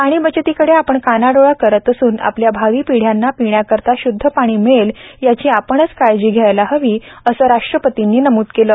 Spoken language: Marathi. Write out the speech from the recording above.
पाणी बचतीकडे आपण कानाडोळा करत असून आपल्या भावी पिढ़यांना पिण्याकरता शृदध पाणी मिळेल याची आपणच काळजी घ्यायला हवी असं राष्ट्रपतींनी नमूद केलं